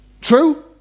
True